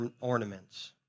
ornaments